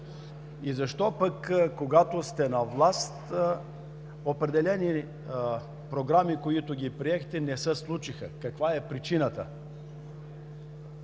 и защо, когато сте на власт, определени програми, които приехте, не се случиха, каква е причината?